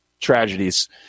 tragedies